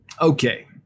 okay